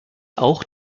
auch